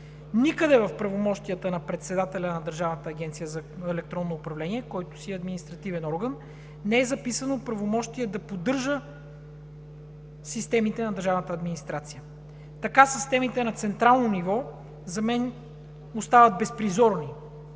Никъде в правомощията на председателя на Държавната агенция „Електронно управление“, който си е административен орган, не е записано правомощие да поддържа системите на държавната администрация. Така системите на централно ниво за мен остават безпризорни,